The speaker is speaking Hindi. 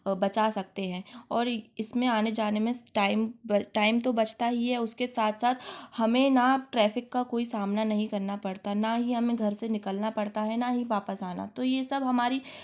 बचा सकते हैं और ई इसमें आने जाने में टाइम ब टाइम तो बचता ही है उसके साथ साथ हमें न ट्रैफिक का कोई सामना नहीं करना पड़ता हैं न ही हमें घर से निकलना पड़ता है न ही वापस आना तो यह सब हमारी